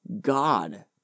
God